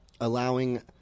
allowing